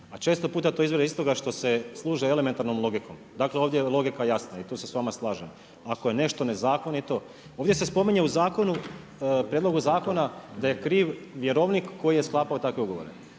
A često puta to izvire iz toga što se služe elementarnom logikom. Dakle, ovdje je logika jasna i tu se s vama slažem. Ako je nešto nezakonito, ovdje se spominje u zakonu, prijedlogu zakona, da je kriv vjerovnik koji je sklapao takve ugovore.